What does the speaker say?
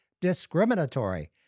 discriminatory